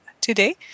today